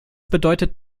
bedeutet